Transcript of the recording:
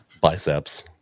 biceps